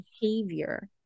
behavior